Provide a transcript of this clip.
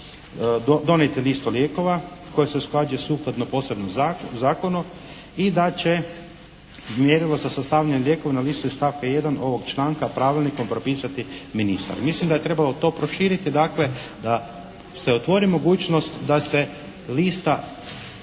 donijeti tu listu lijekova koja se usklađuje sukladno posebnom zakonu i da će mjerilo za sastavljanje lijekova na listu iz stavke 1. ovog članka pravilnikom propisati ministar. Mislim da je trebalo to proširiti dakle da se otvori mogućnost da se lista